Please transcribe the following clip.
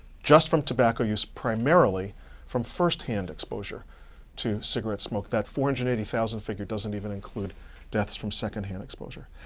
just from tobacco use, primarily from firsthand exposure to cigarette smoke. that four hundred and eighty thousand figure doesn't even include deaths from secondhand exposure.